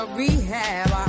rehab